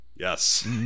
yes